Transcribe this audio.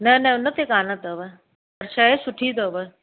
न न उन ते कोन अथव पर शइ सुठी अथव